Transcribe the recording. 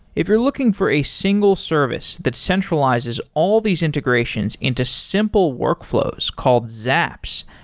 if you're looking for a single service that centralizes all these integrations into simple workflows called zaps,